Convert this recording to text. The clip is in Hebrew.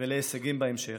ולהישגים בהמשך.